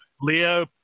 Leo